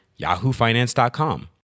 yahoofinance.com